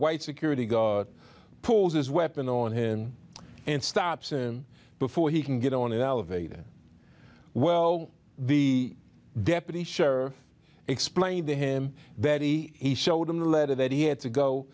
white security guard pulls his weapon on him and stops him before he can get on an elevator well the deputy sheriff explained to him that he showed him the letter that he had to go